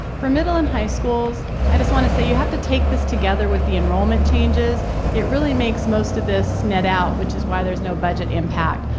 for middle and high schools, i just want to say you have to take this together with the enrollment changes it really makes most of this met out which is why there is no budget impact.